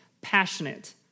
passionate